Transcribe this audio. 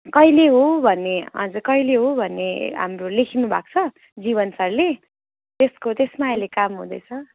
कहिले हो भन्ने हजुर कहिले हो भन्ने हाम्रो लेख्नुभएको छ जीवन सरले त्यसको त्यसमा अहिले काम हुँदैछ